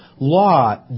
Law